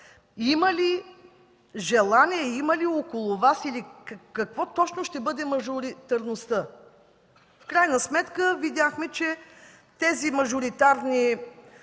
има ли желание, има ли около Вас или какво точно ще бъде мажоритарността? Видяхме, че тези мажоритарни